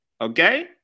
Okay